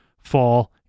fall